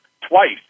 twice